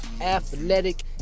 athletic